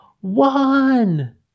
one